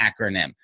acronym